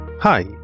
Hi